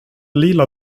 lila